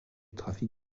trafic